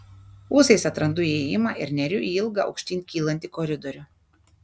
ūsais atrandu įėjimą ir neriu į ilgą aukštyn kylantį koridorių